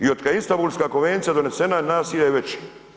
I od kad je Istambulska konvencija donesena nasilje je veće.